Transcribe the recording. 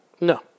No